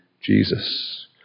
Jesus